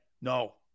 No